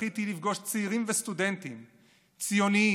זכיתי לפגוש צעירים וסטודנטים ציונים,